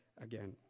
again